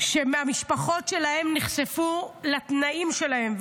שהמשפחות שלהם נחשפו לתנאים שלהם.